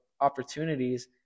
opportunities